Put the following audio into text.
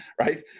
right